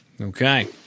okay